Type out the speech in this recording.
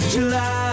July